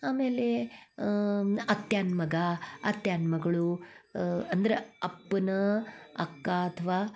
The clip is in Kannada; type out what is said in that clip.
ಆಮೇಲೆ ಅತ್ತ್ಯಾನ ಮಗ ಅತ್ತ್ಯಾನ ಮಗಳು ಅಂದ್ರೆ ಅಪ್ಪನ ಅಕ್ಕ ಅಥವಾ